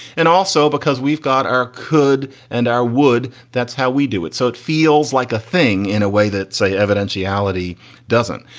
and also because we've got our could and our would. that's how we do it. so it feels like a thing in a way that say evidentiality doesn't.